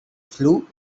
flue